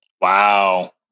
Wow